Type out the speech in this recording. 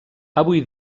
avui